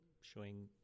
showing